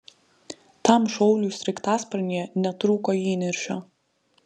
tam šauliui sraigtasparnyje netrūko įniršio